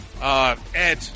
Ed